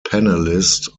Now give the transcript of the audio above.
panellist